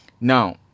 Now